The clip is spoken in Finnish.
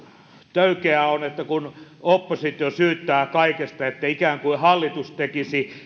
töykeää on kun oppositio syyttää kaikesta ikään kuin hallitus tekisi